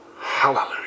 Hallelujah